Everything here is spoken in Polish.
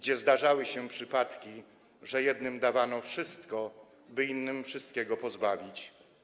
Zdarzały się przypadki, że jednym dawano wszystko, by innych wszystkiego pozbawić.